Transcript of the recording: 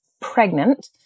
pregnant